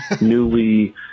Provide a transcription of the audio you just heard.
Newly